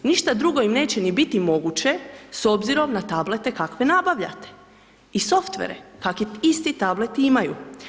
Ništa drugo im neće ni biti moguće s obzirom na tablete kakve nabavljate i softvere kakve isti tableti imaju.